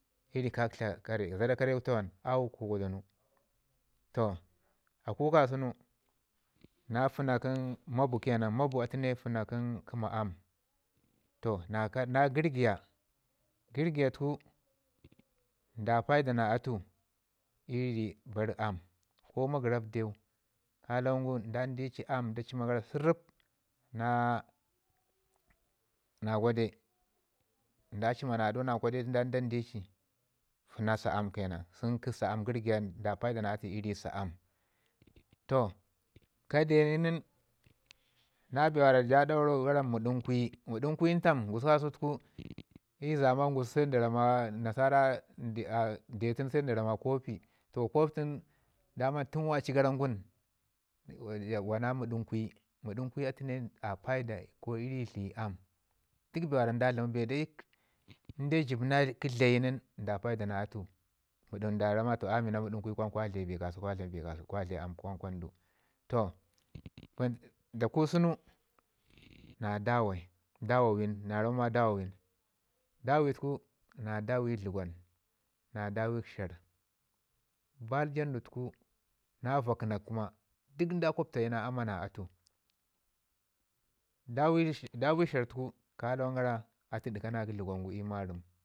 zada kare gu tawan auu ko gwadanu. Toh aku kasunu na fəna kə mabu ke nan mabu atu ne fəna kə ma aam toh na gərgiya, gargiya tuku nda paida na atu i rii bar amm ko magərat deu ka lawan gu nda ni di ci aam da cima gara siriɓ na gwaɗe nda cima na aɗau na gwaɗe dan di ci fəna sa aam ke nan sən da paida na atu ii ri sa amm. Toh ka deu nin na bee ja daura gara mudunguyi, mudunguyin tim? Gususku kasau i zaman gusuku nasara deu tunu se da ramma kopi. Tun waci gara ngum wana mudunkuyi, mudunkuyi atu ne a paida ko ii ri tli aam duk bee wara nda dlamau inde jib na kə tlayi nin da paida na atu nda ramma ami na mudukuyi kwan kwa tlə bee kasau kwa tla bee kasau kwa tlə bee kasau kwan kwani du. Toh da ku sunu na dawai na ramma dawawin, dawi tuku na dawi dləgwan, na dawi sharr baal jandu tuku na vəkənak kuma duk nda kwaptayi na ama na atu. Dawi sharr tuku kalawan gara a tu ɗiga na kə dləgwan ii marəm.